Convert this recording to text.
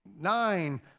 nine